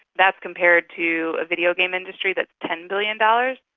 that's compared to a videogame industry that's ten billion dollars.